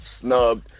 snubbed